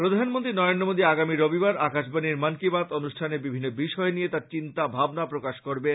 প্রধানমন্ত্রী নরেন্দ্র মোদী আগামী রবিবার আকাশবাণীর মন কি বাত অনুষ্ঠানে বিভিন্ন বিষয় নিয়ে তার চিন্তা ভাবনা প্রকাশ করবেন